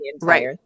right